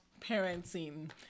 parenting